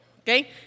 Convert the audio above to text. okay